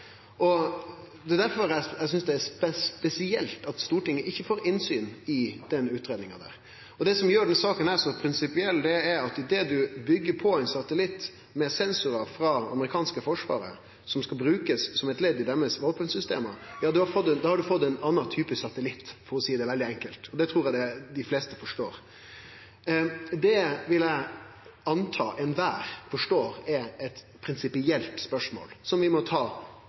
Det er difor eg synest det er spesielt at Stortinget ikkje får innsyn i denne utgreiinga. Det som gjer denne saka så prinsipiell, er at idet ein byggjer på ein satellitt med sensorar frå det amerikanske forsvaret – som skal brukast som eit ledd i deira våpensystem – har ein fått ein annan type satellitt, for å seie det veldig enkelt. Det trur eg dei fleste forstår. Det vil eg anta alle forstår er eit prinsipielt spørsmål, som vi må ta